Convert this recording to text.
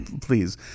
please